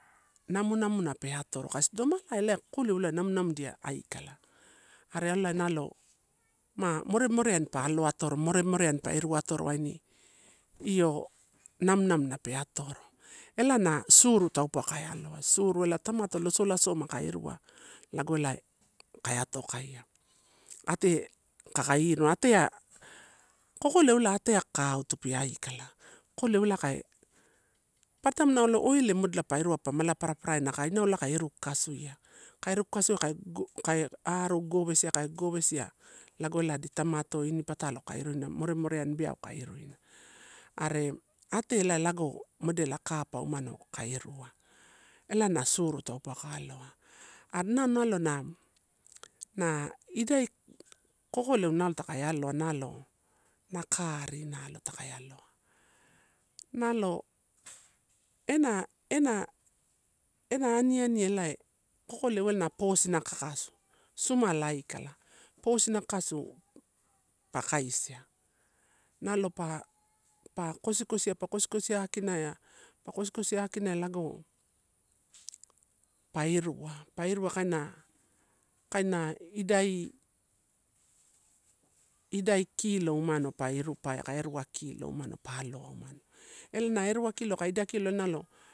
Namunamuna pe atoro, kasi domalai ela kokooleu ela namunamudia aikala. Are ela nalo ma more moreani pa aloatoro, moremoreani pa iru atoro waini io namunamuuna pe atoro. Ela na suru taupa ka aloa, suru elae tamato losolasoma kai irua lago elae kai atokaia. Ate, kaka irunaa, atea kokoleu ela ate kaka atupia aika, kokoleu ela kai, papara taim nalo oiel modela pa irua pa mala para-paraena kaka inau ela kai iru kakasuia. Kai iru kakasuia kai aru gogowesia kai gogowesia lago elae adi tamato ini patalo kai iruina, moremoreani beau kai iruine. Are ate ela lago modela capa umano ka irua, elana suru taupauwa ka aloa. Are inau nalo na, na idai kokoleu nalo takai aloa, nalo na kari nalo takai aloa. Nalo ena, ena, ena aniani e elai kokoleu ela na posina kakasu, sumala aikala posina kakasu pa kaisia. Nalo pa pa kosiakosia akinaia lago pa irua, irua kaina, kaina idai, idai kilo umanopa iru ae aka erua kilo umano pa aloa, umano, elana erua kilo aka idai kilo nalo.